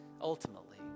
ultimately